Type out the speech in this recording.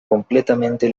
completamente